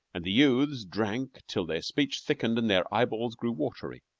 and the youths drank till their speech thickened and their eye-balls grew watery.